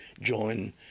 join